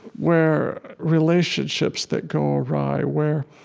where relationships that go awry, where